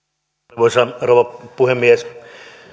arvoisa rouva puhemies